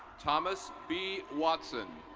thomas b watson.